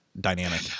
dynamic